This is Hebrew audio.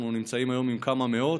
אנחנו נמצאים היום עם כמה מאות,